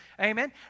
amen